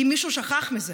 אם מישהו שכח את זה.